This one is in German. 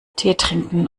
teetrinken